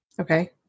Okay